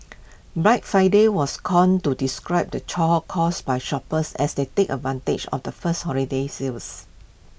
Black Friday was coined to describe the chaw caused by shoppers as they take advantage of the first holiday sales